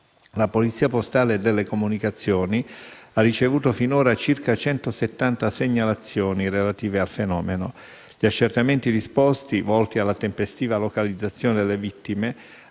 La Polizia postale e delle comunicazioni ha ricevuto finora circa 170 segnalazioni relative al fenomeno. Gli accertamenti disposti, volti alla tempestiva localizzazione delle vittime,